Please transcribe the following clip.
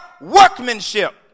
workmanship